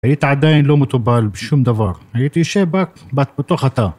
היית עדיין לא מטובל בשום דבר, היית יושב ב... בתוך התא.